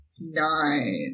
Nine